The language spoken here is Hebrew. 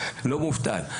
לא מובטל,